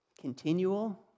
Continual